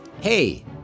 Hey